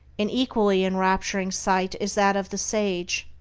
an equally enrapturing sight is that of the sage,